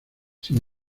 sin